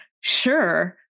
sure